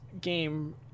game